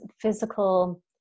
physical